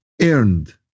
earned